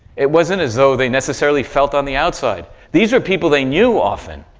it wasn't as though they necessarily felt on the outside. these were people they knew often.